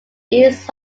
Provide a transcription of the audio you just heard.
east